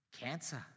cancer